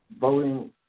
voting